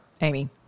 Amy